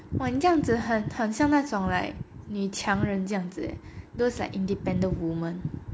!wah! 你这样子很很像那种 like 女强人这样子 those like independent woman